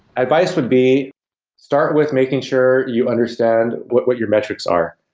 advise would be start with making sure you understand what what your metrics are,